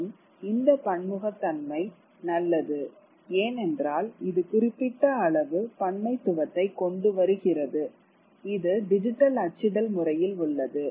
மற்றும் இந்த பன்முகத்தன்மை நல்லது ஏனென்றால் இது குறிப்பிட்ட அளவு பன்மைத்துவத்தை கொண்டுவருகிறது இது டிஜிட்டல் அச்சிடல் முறையில் உள்ளது